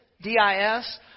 D-I-S